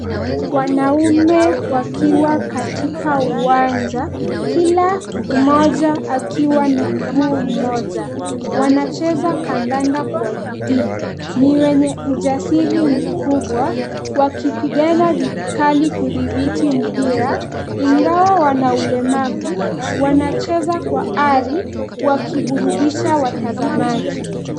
Wanaume wakiwa katika uwanja kila mmoja akiwa na mguu mmoja wanacheza kandanda kwa bidii. Ni wenye ujasiri mkubwa, wakipigana vikali kudhibiti mpira. Ingawa wana ulemavu, wanacheza kwa ari wakiburudisha watazamaji.